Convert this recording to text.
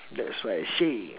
that's why I say